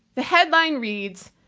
the headline reads,